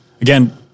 again